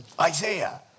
Isaiah